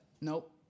Nope